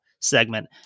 segment